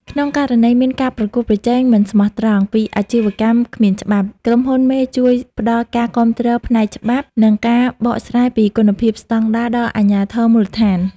ក្នុងករណីមាន "ការប្រកួតប្រជែងមិនស្មោះត្រង់" ពីអាជីវកម្មគ្មានច្បាប់ ក្រុមហ៊ុនមេជួយផ្ដល់ការគាំទ្រផ្នែកច្បាប់ និងការបកស្រាយពីគុណភាពស្ដង់ដារដល់អាជ្ញាធរមូលដ្ឋាន។